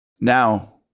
Now